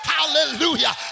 Hallelujah